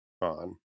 on